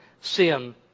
sin